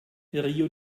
rio